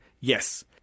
Yes